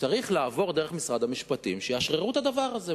צריך לעבור דרך משרד המשפטים שיאשררו את הדבר הזה,